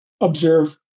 observe